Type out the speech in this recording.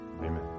Amen